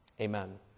amen